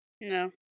No